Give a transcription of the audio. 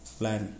plan